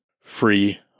free